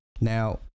Now